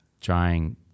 trying